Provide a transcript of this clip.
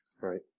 Right